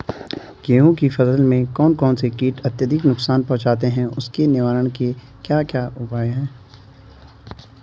गेहूँ की फसल में कौन कौन से कीट अत्यधिक नुकसान पहुंचाते हैं उसके निवारण के क्या उपाय हैं?